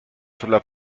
sulla